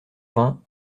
vingt